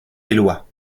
eloi